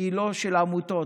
היא לא של העמותות.